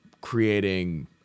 creating